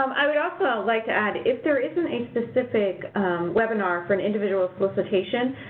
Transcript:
um i would also like to add, if there isn't a specific webinar for an individual solicitation,